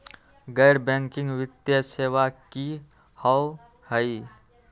गैर बैकिंग वित्तीय सेवा की होअ हई?